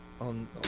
on